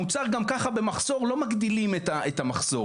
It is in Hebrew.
המוצר גם ככה במחסור - לא מגדילים את המחזור.